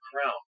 Crown